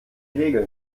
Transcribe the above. regeln